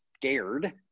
scared